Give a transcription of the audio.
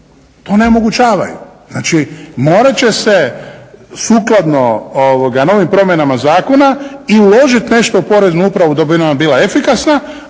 to onemogućavaju, znači, morati će se sukladno novim promjenama zakona i uložiti nešto u poreznu upravu da bi ona bila efikasna